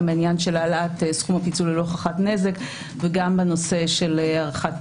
גם העניין של העלאת סכום הפיצול ללא הוכחת נזק וגם בנושא של הארכת